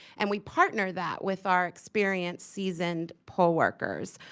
and we partner that with our experienced, seasoned poll workers,